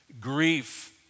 Grief